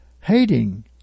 hating